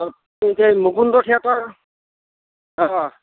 এই যে মুকুন্দ থিয়েটাৰ অঁ